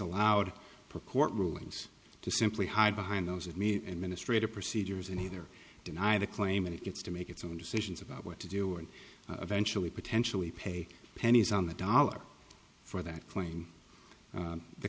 allowed to court rulings to simply hide behind those of me and ministry to procedures and either deny the claim and it gets to make its own decisions about what to do and eventually potentially pay pennies on the dollar for that claim